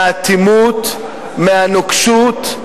מהנוקשות,